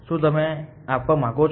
શું તમે આપવા માંગો છો